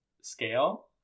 scale